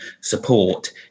support